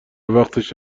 وقتش